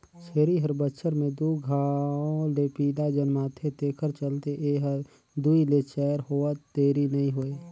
छेरी हर बच्छर में दू घांव ले पिला जनमाथे तेखर चलते ए हर दूइ ले चायर होवत देरी नइ होय